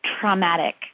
traumatic